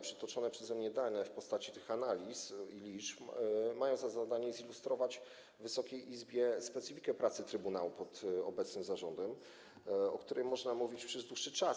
Przytoczone przeze mnie dane w postaci analiz i liczb mają za zadanie zilustrować Wysokiej Izbie specyfikę pracy trybunału pod obecnym zarządem, o której można mówić przez dłuższy czas.